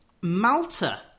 Malta